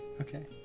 okay